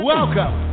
Welcome